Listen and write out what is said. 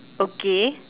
okay